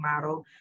model